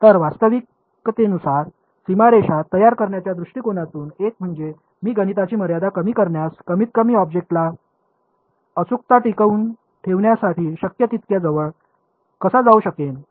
तर वास्तविकतेनुसार सीमारेषा तयार करण्याच्या दृष्टीकोनातून एक म्हणजे मी गणिताची मर्यादा कमी करण्यास कमीतकमी ऑब्जेक्टला अचूकता टिकवून ठेवण्यासाठी शक्य तितक्या जवळ कसा जाऊ शकेन